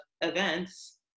events